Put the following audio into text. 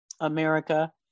America